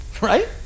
right